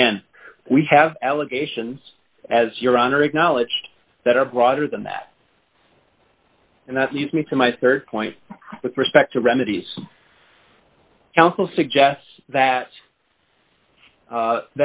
again we have allegations as your honor acknowledged that are broader than that and that needs me to my rd point with respect to remedies counsel suggests that